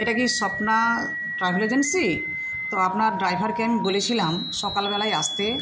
এটা কি Swapna travel agency তো আপনার ড্রাইভারকে আমি বলেছিলাম সকালবেলায় আসতে